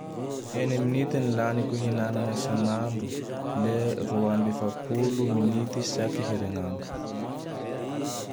Eny minity ny laniko hinana isan'andro. Le roa ambe efapolo minity saky herign'andro.